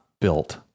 built